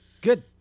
Good